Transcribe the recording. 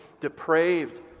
depraved